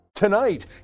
Tonight